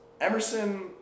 Emerson